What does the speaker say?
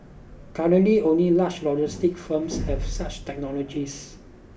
currently only large logistics firms have such technologies